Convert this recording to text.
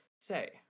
Say